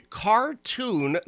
cartoon